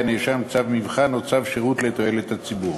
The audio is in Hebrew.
הנאשם צו מבחן או צו שירות לתועלת הציבור.